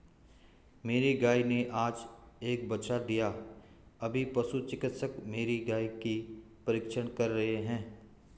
मेरी गाय ने आज एक बछड़ा दिया अभी पशु चिकित्सक मेरी गाय की परीक्षण कर रहे हैं